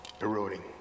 eroding